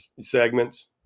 segments